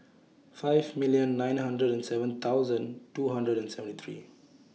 five million nine hundred and seven thousand two hundred and seventy three